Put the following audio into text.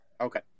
Okay